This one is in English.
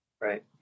Right